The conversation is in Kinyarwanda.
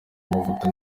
amavuta